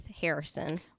Harrison